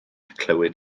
clywed